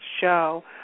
show